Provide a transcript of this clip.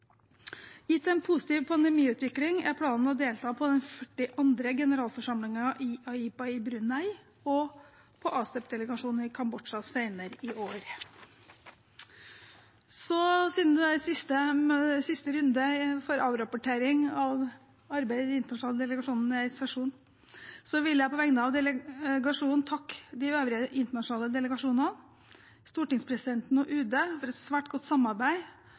Gitt en positiv pandemiutvikling er planen å delta på den 42. generalforsamlingen i AIPA i Brunei og på ASEP-delegasjonen i Kambodsja senere i år. Siden dette er siste runde for avrapportering om arbeidet i de internasjonale delegasjonene i denne sesjonen, vil jeg på vegne av delegasjonen takke de øvrige internasjonale delegasjonene, stortingspresidenten og UD for et svært godt samarbeid,